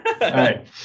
right